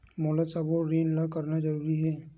मोला सबो ऋण ला करना जरूरी हे?